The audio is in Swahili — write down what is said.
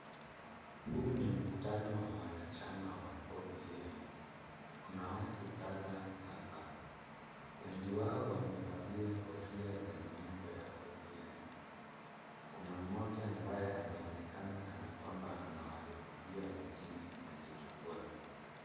Huu ni mkutano wa wanachama wa ODM. Kuna watu kadhaa hapa. Wengi wao wamevalia kofia zenye nembo ya ODM. Kuna mmoja ambaye anaonekana kana kwamba ana wahutubia wengine kwenye jukwaa.